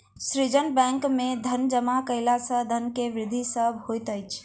सृजन बैंक में धन जमा कयला सॅ धन के वृद्धि सॅ होइत अछि